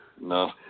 No